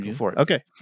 Okay